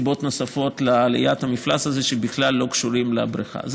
יכולות להיות סיבות נוספות לעליית המפלס הזה שבכלל לא קשורות לבריכה.